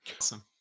Awesome